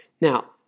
Now